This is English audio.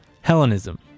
Hellenism